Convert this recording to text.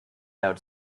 out